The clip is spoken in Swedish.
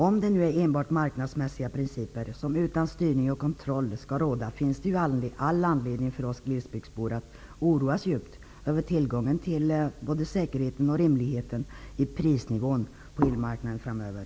Om det nu enbart är marknadsmässiga principer som utan styrning och kontroll skall råda finns det all anledning för oss glesbygdsbor att djupt oroas över tillgången till säkerhet och rimliga prisnivåer på elmarknaden framöver.